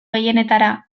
gehienetara